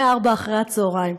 מ-16:00.